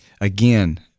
again